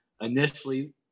Initially